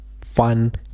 fun